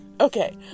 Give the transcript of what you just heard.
Okay